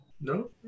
No